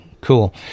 Cool